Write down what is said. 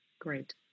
Great